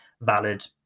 valid